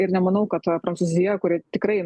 ir nemanau kad prancūzija kuri tikrai